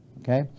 Okay